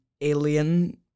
alien